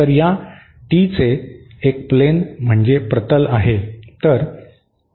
तर या टीचे एक प्लेन म्हणजे प्रतल आहे